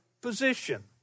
position